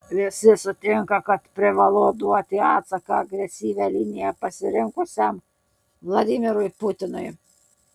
visi sutinka kad privalu duoti atsaką agresyvią liniją pasirinkusiam vladimirui putinui